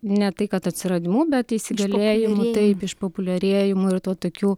ne tai kad atsiradimu bet įsigalėjimu taip išpopuliarėjimu ir tuo tokiu